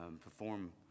perform